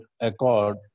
accord